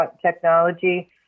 Technology